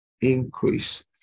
increase